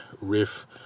riff